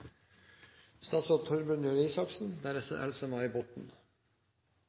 Statsråd Røe Isaksen